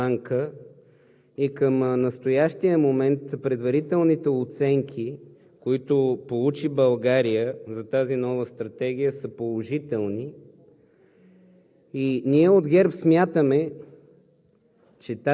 Тази стратегия в момента се оценява от Световната банка и към настоящия момент предварителните оценки, които получи България за тази нова стратегия, са положителни.